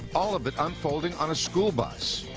all of it unfolding on a school bus.